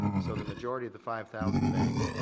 so the majority of the five thousand bank,